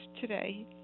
today